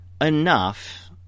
enough